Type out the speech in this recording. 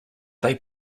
they